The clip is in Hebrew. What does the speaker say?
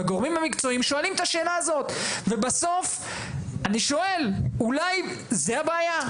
הגורמים המקצועיים שואלים את השאלה הזאת ובסוף אני שואל אולי זה הבעיה?